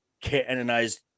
canonized